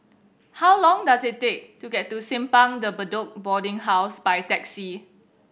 how long does it take to get to Simpang De Bedok Boarding House by taxi